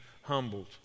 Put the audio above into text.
humbled